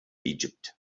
egypt